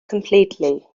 completely